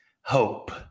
hope